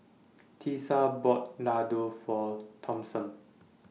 Tisa bought Ladoo For Thompson